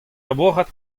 labourat